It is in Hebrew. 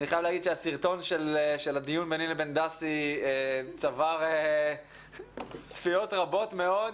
אני חייב להגיד של הסרטון של הדיון ביני לבין דסי צבר צפיות רבות מאוד,